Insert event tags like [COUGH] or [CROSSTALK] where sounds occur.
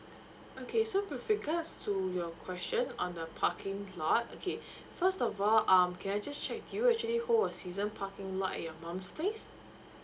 okay so with regards to your question on the parking lot okay [BREATH] first of all um can I just check with you actually who hold the season parking lot at your mom's place